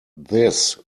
this